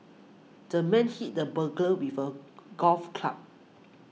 the man hit the burglar with a golf club